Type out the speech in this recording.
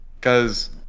Cause